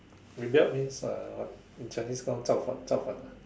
rebelled means uh what in Chinese called 造反造反 ah